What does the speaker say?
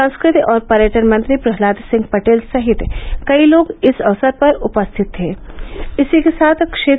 संस्कृति और पर्यटन मंत्री प्रहलाद सिंह पटेल सहित कई लोग इस अवसर पर उपस्थित थे